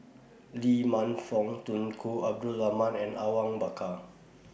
Lee Man Fong Tunku Abdul Rahman and Awang Bakar